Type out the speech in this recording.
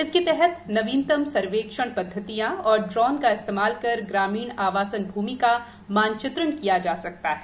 इसके तहत नवीनतम सर्वेक्षण पद्वतियों और ड्रोन का इस्तेमाल कर ग्रामीण आवासन भ्रमि का मानचित्रण किया जा सकता है